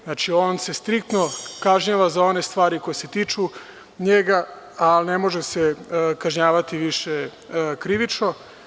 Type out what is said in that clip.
Znači, ono se striktno kažnjava za one stvari koje se tiču njega, a ne može se kažnjavati više krivično.